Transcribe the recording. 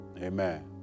Amen